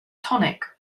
tonic